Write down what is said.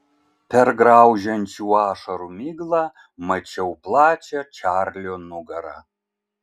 per graužiančių ašarų miglą mačiau plačią čarlio nugarą